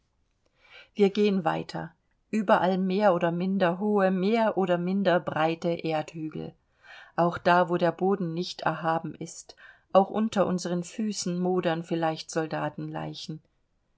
wir gehen weiter überall mehr oder minder hohe mehr oder minder breite erdhügel auch da wo der boden nicht erhaben ist auch unter unseren füßen modern vielleicht